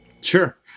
Sure